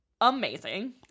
amazing